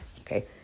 okay